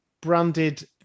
branded